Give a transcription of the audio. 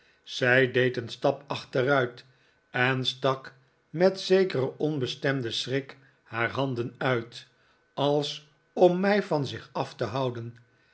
zij deed een stap achteruit en stak met een zekeren onbestemden schrik haar handen uit als om mij van zich af te houden